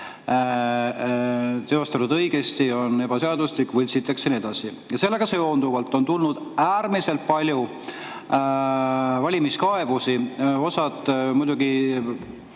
teostatud õigesti, on ebaseaduslik, võltsitakse ja nii edasi. Sellega seonduvalt on tulnud äärmiselt palju valimiskaebusi. Osa muidugi